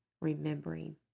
remembering